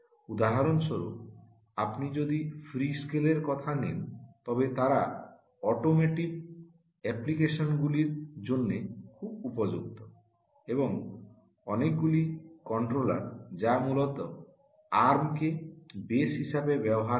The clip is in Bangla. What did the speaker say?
উদাহরণস্বরূপ আপনি যদি ফ্রিসকেলের কথা নেন তবে তারা অটোমোটিভ অ্যাপ্লিকেশনগুলির জন্য খুব উপযুক্ত এবং অনেকগুলি কন্ট্রোলার যা মূলত আর্মকে বেস হিসাবে ব্যবহার করে